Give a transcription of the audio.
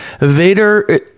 Vader